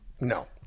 No